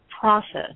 process